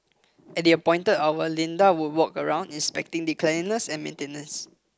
at the appointed hour Linda would walk around inspecting the cleanliness and maintenance